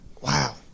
Wow